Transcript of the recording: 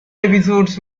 episodes